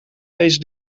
deze